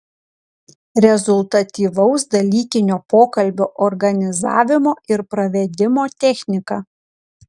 rezultatyvaus dalykinio pokalbio organizavimo ir pravedimo technika